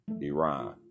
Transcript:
Iran